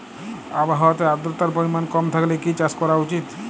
আবহাওয়াতে আদ্রতার পরিমাণ কম থাকলে কি চাষ করা উচিৎ?